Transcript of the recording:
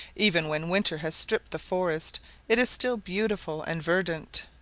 even when winter has stripped the forest it is still beautiful and verdant.